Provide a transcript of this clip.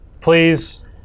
please